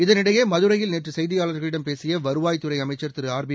இதனிடையே மதுரையில் நேற்று செய்தியாளர்களிடம் பேசிய வருவாய்த்துறை அமைச்சர் திரு ஆர்பி